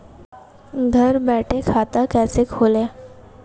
घर बैठे खाता कैसे खोलें?